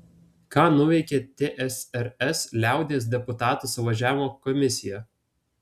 ką nuveikė tsrs liaudies deputatų suvažiavimo komisija